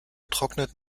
trocknet